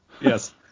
Yes